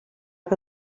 que